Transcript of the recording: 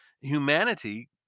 humanity